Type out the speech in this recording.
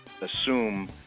assume